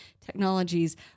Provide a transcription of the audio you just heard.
technologies